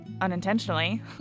unintentionally